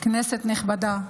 כנסת נכבדה,